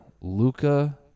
Luca